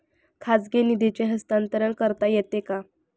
खाजगी निधीचे हस्तांतरण करता येते का?